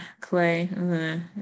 clay